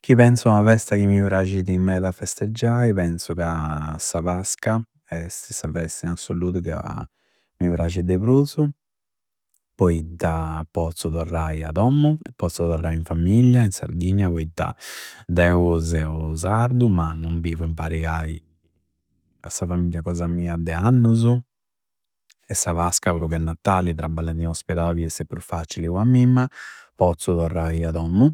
Chi penzu a una festa ca mi prascidi meda festeggiai, penzu ca sa Pasca esti sa festa in assoludu ca mi prasci de prusu, poitta pozzu torrai a dommu, pozzu torrai in famiglia, in Sardigna poitta deu seu sardu ma non bivu impari ai, a sa famiglia cosa mia de annusu e sa Pasca, pru ca Natali, traballendi in Ospedabi, esti pru faccili po ammimma. Pozzu torrai a dommu,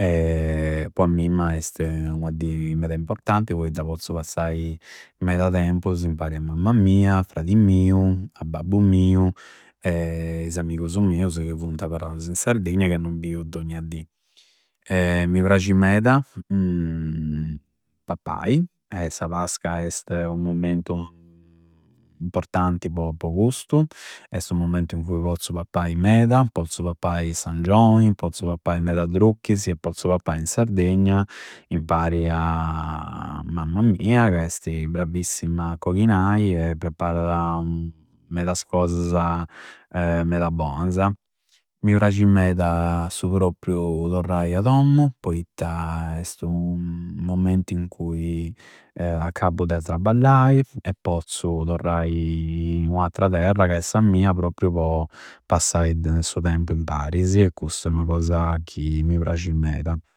po ammimma este una di meda importanti poitta pozzu passai meda temupus impari a mamma mia, a fradi miu, a babbu miu e is amugusu miusu ca funti aparrausu in Sardigna e che non biu dogna di. Mi prasci meda pappai e sa Pasca este u momentu importanti po custu, esti u momentu in cui pozzu pappai meda. Pozzu pappai s'angioi, pozzu meda drucchisi e pozzu pappai in Sardegna impari a mamma mia ca esti bravissima a coghinai e prepparada medas cosasa, meda boasa. Mi prasci meda a su proppriu torrai a dommu poitta esti u momentu in cui accabbu de trabballai e pozzu torrai i u'attra terra ca è sa mia propriu po passai de su tempu imparisi e cussu è ua cosa ca mi prsci meda.